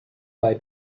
bei